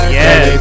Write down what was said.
yes